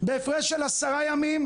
בהפרש של עשרה ימים,